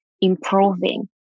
improving